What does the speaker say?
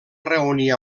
reunir